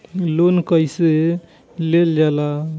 Loan कईसे लेल जाला?